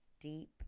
deep